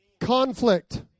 Conflict